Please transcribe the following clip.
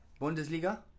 Bundesliga